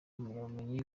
impamyabumenyi